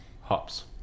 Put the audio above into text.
Hops